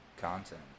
content